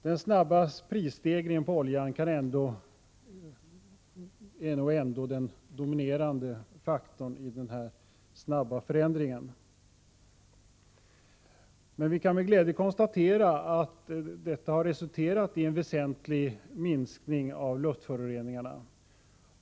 Den snabba prisstegringen på oljan är ändå den dominerande faktorn i den snabba förändringen. Vi kan med glädje konstatera att detta har resulterat i en väsentlig minskning av luftföroreningarna.